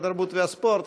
התרבות והספורט,